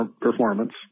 performance